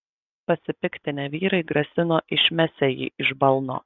pasipiktinę vyrai grasino išmesią jį iš balno